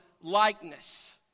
likeness